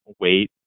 wait